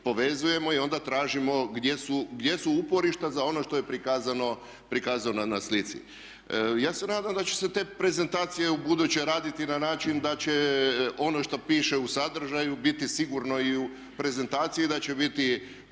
povezujemo i onda tražimo gdje su uporišta za ono što je prikazano na slici. Ja se nadam da će se te prezentacije ubuduće raditi na način da će ono što piše u sadržaju biti sigurno i u prezentaciji i da će biti